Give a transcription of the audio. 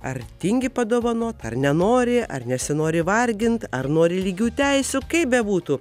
ar tingi padovanot ar nenori ar nesinori vargint ar nori lygių teisių kaip bebūtų